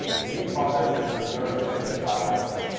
the new process is referred to as the child process.